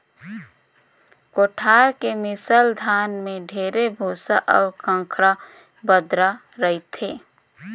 कोठार के मिसल धान में ढेरे भूसा अउ खंखरा बदरा रहथे